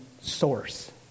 source